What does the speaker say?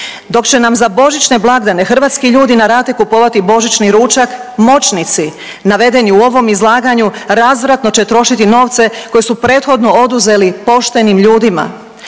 Dok će nam za božićne blagdane hrvatski ljudi na rate kupovati božićni ručak moćnici navedeni u ovom izlaganju razvratno će trošiti novce koje su prethodno oduzeli poštenim ljudima.